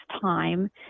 time